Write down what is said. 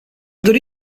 dori